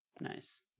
Nice